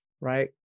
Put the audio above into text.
right